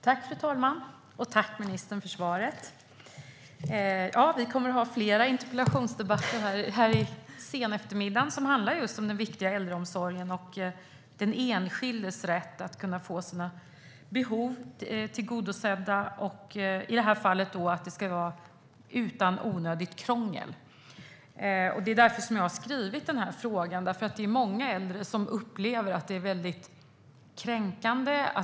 Fru talman! Tack, ministern, för svaret! Vi kommer att ha flera interpellationsdebatter i den sena eftermiddagen som handlar om den viktiga äldreomsorgen och den enskildes rätt att få sina behov tillgodosedda. I det här fallet handlar det om att det ska vara utan onödigt krångel. Jag har skrivit den här frågan eftersom många äldre upplever att det är väldigt kränkande.